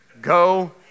go